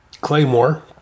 Claymore